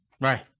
right